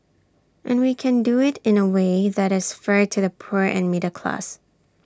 and we can do IT in A way that is fair to the poor and middle class